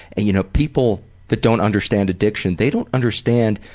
and you know people that don't understand addiction, they don't understand,